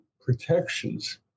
protections